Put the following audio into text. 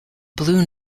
blue